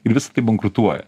ir visa tai bankrutuoja